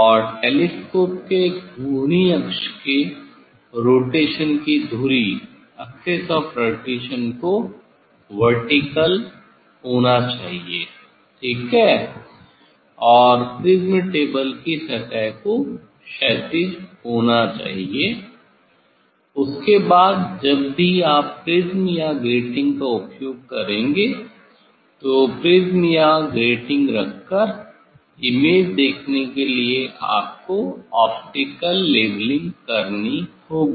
और टेलीस्कोप के घूर्णी अक्ष के रोटेशन की धुरी को वर्टीकल होना चाहिए ठीक है और प्रिज्म टेबल की सतह को क्षैतिज होना चाहिए उसके बाद जब भी आप प्रिज्म या ग्रेटिंग का उपयोग करेंगे तो प्रिज्म या ग्रेटिंग रखकर इमेज देखने के लिए आपको ऑप्टिकल लेवलिंग करनी होगी